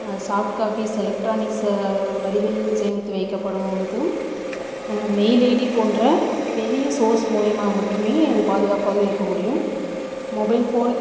அது soft copies electronics வடிவில் சேமித்து வைக்கப்படுவதும் மெயில் ஐடி போன்ற பெரிய ஸோர்ஸ் மூலிமா மட்டும் அது பாதுகாப்பாக இருக்க முடியும் மொபைல் ஃபோன்